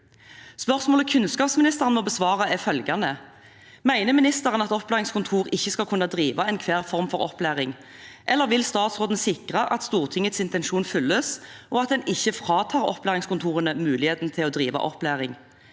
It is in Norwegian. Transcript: Spørsmålet kunnskapsministeren må besvare, er følgende: Mener ministeren at opplæringskontorene ikke skal kunne drive enhver form for opplæring? Eller vil statsråden sikre at Stortingets intensjon følges, og at en ikke fratar opplæringskontorene muligheten til å drive opplæring?